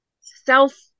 Self